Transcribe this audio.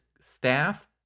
staff